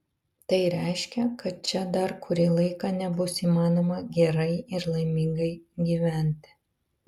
tai reiškia kad čia dar kurį laiką nebus įmanoma gerai ir laimingai gyventi